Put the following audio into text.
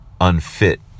unfit